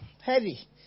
heavy